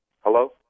Hello